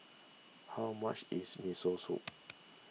how much is Miso Soup